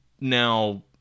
Now